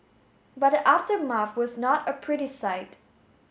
but the aftermath was not a pretty sight